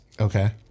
Okay